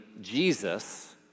Jesus